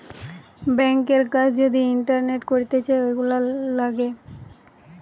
ব্যাংকের কাজ যদি ইন্টারনেটে করতিছে, এগুলা লাগে